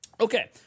okay